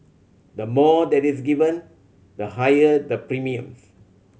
the more that is given the higher the premiums